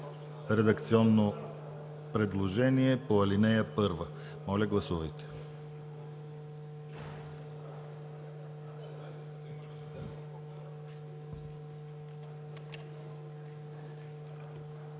редакционно предложение по ал. 1. Моля, гласувайте.